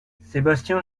sébastien